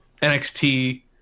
NXT